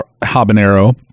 habanero